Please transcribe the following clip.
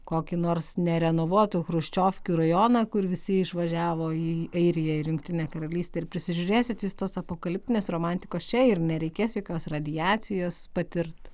kokį nors nerenovuotų chruščiovkių rajoną kur visi išvažiavo į airiją ir jungtinę karalystę ir prisižiūrėsit iš tos apokaliptinės romantikos čia ir nereikės jokios radiacijos patirt